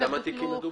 בכמה תיקים מדובר?